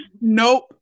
nope